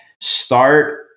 start